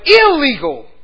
illegal